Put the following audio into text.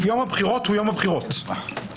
יושב-ראש ועדת הבחירות המרכזית מקבל החלטות לבדו,